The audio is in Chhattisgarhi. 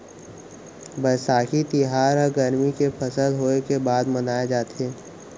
बयसाखी तिहार ह गरमी के फसल होय के बाद मनाए जाथे